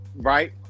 right